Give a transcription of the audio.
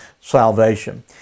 salvation